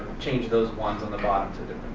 change those ones on the bottom to the